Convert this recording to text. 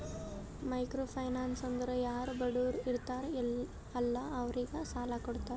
micro finance ಅಂದುರ್ ಯಾರು ಬಡುರ್ ಇರ್ತಾರ ಅಲ್ಲಾ ಅವ್ರಿಗ ಸಾಲ ಕೊಡ್ತಾರ್